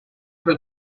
will